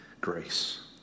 grace